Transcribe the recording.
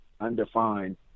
undefined